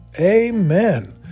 Amen